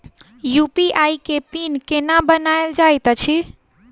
UPI केँ PIN केना बनायल जाइत अछि